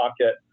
pocket